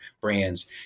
brands